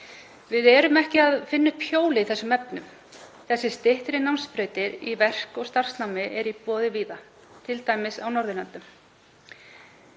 Við erum ekki að finna upp hjólið í þessum efnum. Þessar styttri námsbrautir í verk- og starfsnámi eru í boði víða, t.d. á Norðurlöndum.